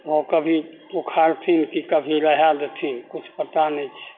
ओ कभी उखाड़थिन कि कभी रहै देथिन किछु पता नहि छै